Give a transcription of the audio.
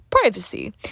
Privacy